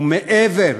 היא מעבר,